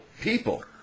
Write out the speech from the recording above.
people